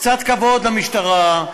קצת כבוד למשטרה.